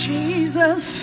Jesus